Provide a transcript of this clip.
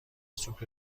سوپ